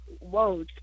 whoa